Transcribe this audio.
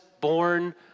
born